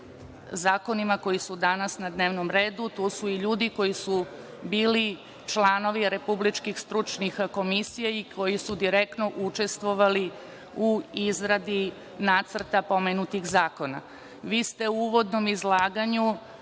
zakonima koji su danas na dnevnom redu. Tu su i ljudi koji su bili članovi republičkih stručnih komisija i koji su direktno učestvovali u izradi nacrta pomenutih zakona. Vi ste u uvodnom izlaganju